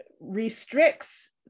restricts